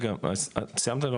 סיימת?